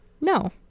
No